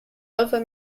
other